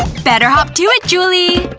better hop to it, julie!